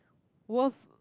worth